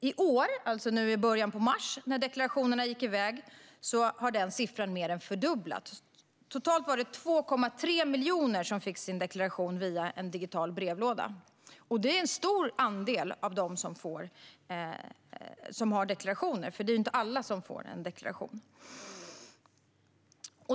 I år, alltså nu i början av mars, när deklarationerna gick iväg har siffran mer än fördubblats. Totalt var det 2,3 miljoner som fick sin deklaration via en digital brevlåda. Det är en stor andel av dem som har deklarationer, för det är ju inte alla som får en deklaration.